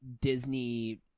Disney